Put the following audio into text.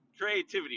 Creativity